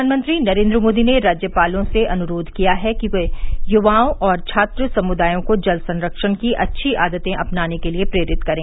प्रधानमंत्री नरेन्द्र मोदी ने राज्यपालों से अनुरोध किया है कि वे युवाओं और छात्र समुदायों को जल संरक्षण की अच्छी आदतें अपनाने के लिए प्रेरित करें